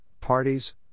parties